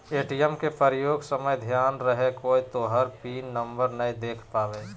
ATM के प्रयोग समय ध्यान रहे कोय तोहर पिन नंबर नै देख पावे